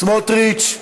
סמוטריץ,